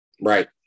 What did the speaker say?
Right